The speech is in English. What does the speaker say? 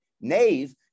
Nave